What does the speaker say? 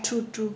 true true